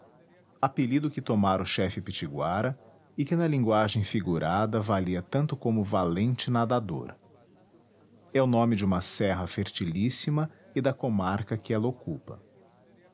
apelido que tomara o chefe pitiguara e que na linguagem figurada valia tanto como valente nadador é o nome de uma serra fertilíssima e da comarca que ela